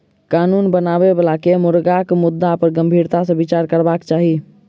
कानून बनाबय बला के मुर्गाक मुद्दा पर गंभीरता सॅ विचार करबाक चाही